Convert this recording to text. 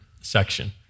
section